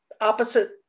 opposite